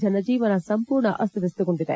ಜನಜೀವನ ಸಂಪೂರ್ಣ ಅಸ್ತವ್ಯಸ್ಥಗೊಂಡಿದೆ